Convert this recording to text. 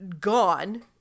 gone